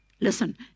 listen